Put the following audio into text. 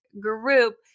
group